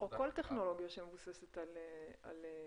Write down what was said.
או כל טכנולוגיה שמבוססת על מיקום.